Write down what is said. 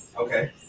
Okay